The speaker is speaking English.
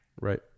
Right